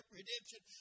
redemption